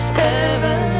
heaven